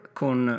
con